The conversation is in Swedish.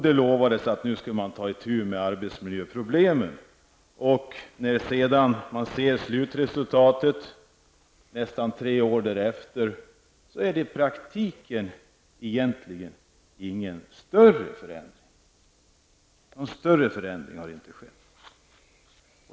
Det lovades att man skulle ta itu med arbetsmiljöproblemen. När man sedan ser på slutresultatet, nästan tre år därefter, finner man att det i praktiken egentligen inte har skett någon större förändring.